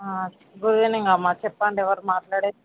good evening అమ్మా చెప్పండి ఎవరు మాట్లాడేది